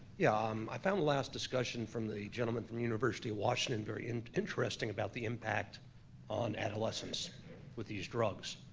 yeah, um i found the last discussion from the gentleman from the university of washington very and interesting about the impact on adolescents with these drugs.